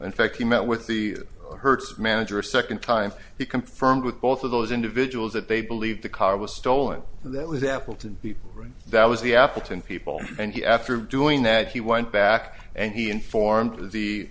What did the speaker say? in fact he met with the hertz manager a second time he confirmed with both of those individuals that they believe the car was stolen that was appleton that was the appleton people and he after doing that he went back and he informed the